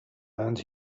and